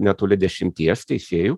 netoli dešimties teisėjų